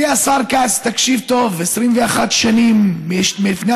השר כץ, אם סאלח מפריע